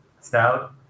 stout